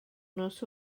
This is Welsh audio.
nos